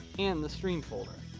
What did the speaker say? and the stream folder.